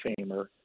Famer